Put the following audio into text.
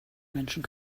menschen